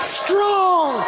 strong